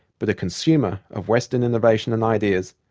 but a consumer of western innovation and ideas,